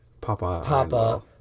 papa